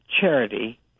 charity